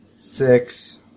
six